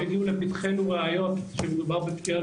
ברגע שיגיעו לפתחנו ראיות שמדובר בפשיעה